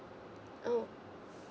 oh